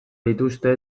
dituzte